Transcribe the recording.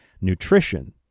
nutrition